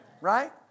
right